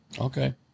Okay